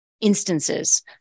instances